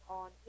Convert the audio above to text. on